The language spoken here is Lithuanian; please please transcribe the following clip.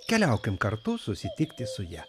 keliaukim kartu susitikti su ja